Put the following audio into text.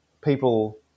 people